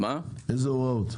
למי אתם נותנים הוראות?